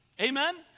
Amen